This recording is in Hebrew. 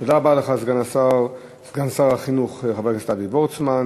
תודה רבה לך, סגן שר החינוך חבר הכנסת אבי וורצמן.